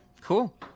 cool